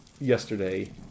yesterday